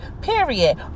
Period